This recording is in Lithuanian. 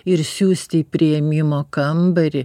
ir siųst į priėmimo kambarį